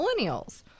millennials